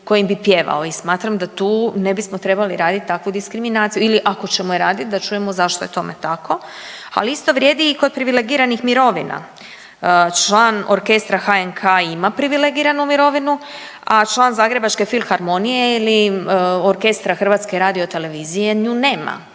kojim bi pjevao i smatram da tu ne bismo trebali radit taku diskriminaciju ili ako ćemo je radit da čujemo zašto je tome tako. Ali isto vrijedi i kod privilegiranih mirovina. Član orkestra HNK ima privilegiranu mirovinu, a član Zagrebačke filharmonije ili Orkestra HRT-a, nju